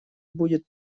будет